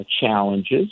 challenges